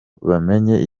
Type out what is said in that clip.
bamenye